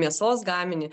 mėsos gaminį